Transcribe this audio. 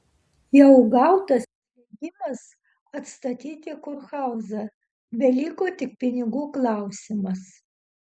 jau gautas leidimas atstatyti kurhauzą beliko tik pinigų klausimas